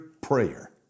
prayer